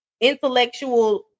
intellectual